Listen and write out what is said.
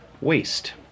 Waste